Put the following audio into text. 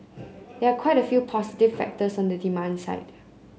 there are quite a few positive factors on the demand side